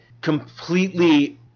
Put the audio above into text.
completely